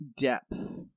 depth